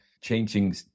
changing